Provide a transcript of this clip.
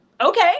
okay